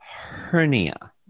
hernia